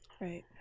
Right